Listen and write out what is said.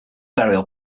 burial